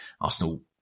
Arsenal